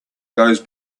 goes